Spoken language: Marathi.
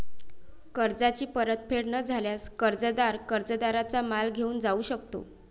कर्जाची परतफेड न झाल्यास, कर्जदार कर्जदाराचा माल घेऊन जाऊ शकतो